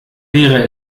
wäre